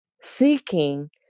Seeking